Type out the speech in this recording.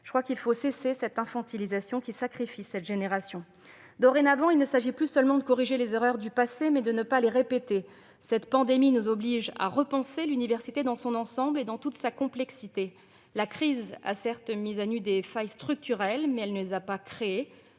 Je crois qu'il faut cesser cette infantilisation, qui sacrifie cette génération. Dorénavant, il s'agit non plus seulement de corriger les erreurs du passé, mais de ne pas les répéter. Cette pandémie nous oblige à repenser l'université dans son ensemble et dans toute sa complexité. La crise a, certes, mis à nu des failles structurelles, mais elle ne les a pas créées.